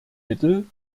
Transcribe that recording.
mittel